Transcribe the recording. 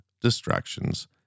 distractions